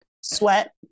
sweat